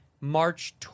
March